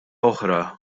oħra